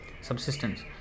subsistence